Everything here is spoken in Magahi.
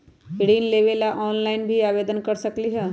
ऋण लेवे ला ऑनलाइन से आवेदन कर सकली?